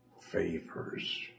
favors